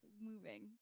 moving